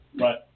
Right